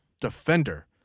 defender